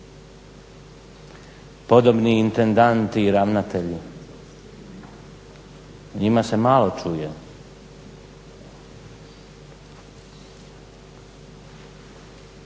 Podobni intendanti i ravnatelji, o njima se malo čuje.